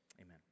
Amen